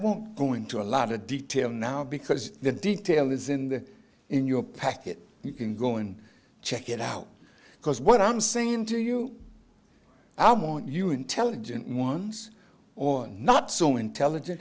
won't go into a lot of detail now because the detail is in the in your packet you can go and check it out because what i'm saying to you i want you intelligent ones or not so intelligent